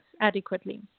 adequately